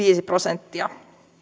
prosenttia